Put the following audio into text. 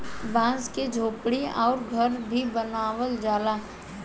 बांस से झोपड़ी अउरी घर भी बनावल जाला